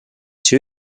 two